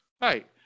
Right